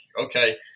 okay